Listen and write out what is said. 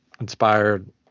Inspired